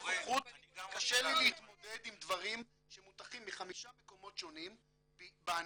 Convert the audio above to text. קשה לי להתמודד עם דברים שמוטחים מחמשה מקומות שונים בנו,